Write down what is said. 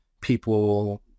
people